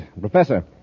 Professor